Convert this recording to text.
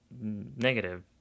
negative